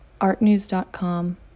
ArtNews.com